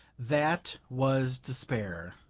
that was despair.